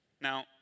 Now